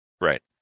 Right